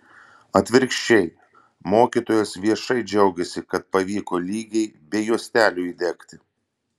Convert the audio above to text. atvirkščiai mokytojos viešai džiaugiasi kad pavyko lygiai be juostelių įdegti